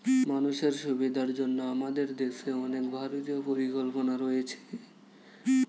মানুষের সুবিধার জন্য আমাদের দেশে অনেক ভারতীয় পরিকল্পনা রয়েছে